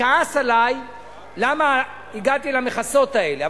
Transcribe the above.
שכעס עלי למה הגעתי למכסות האלה.